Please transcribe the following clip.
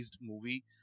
movie